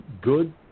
good